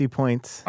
points